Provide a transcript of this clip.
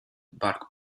bark